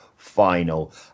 final